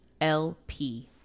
lp